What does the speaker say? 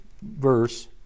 verse